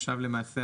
עכשיו למעשה